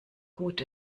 gut